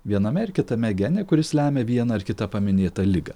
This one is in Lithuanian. viename ir kitame gene kuris lemia vieną ar kitą paminėtą ligą